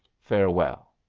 farewell.